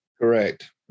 Correct